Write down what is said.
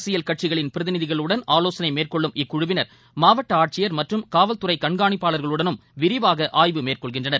அரசியல் கட்சிகளின் பிரதிநிதிகளுடன் ஆலோசனை மேற்கொள்ளும் இக்குழுவினர் மாவட்ட ஆட்சியர் மற்றும் காவல்துறை கண்காணிப்பாளர்களுடனும் விரிவாக ஆய்வு மேற்கொள்கின்றனர்